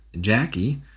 Jackie